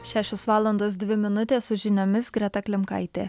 šešios valandos dvi minutės su žiniomis greta klimkaitė